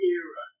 era